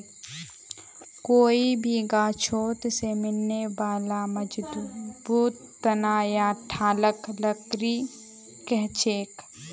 कोई भी गाछोत से मिलने बाला मजबूत तना या ठालक लकड़ी कहछेक